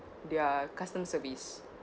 their customer service